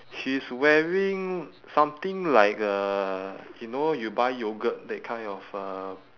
she's wearing something like a you know you buy yoghurt that kind of uh